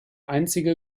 einzige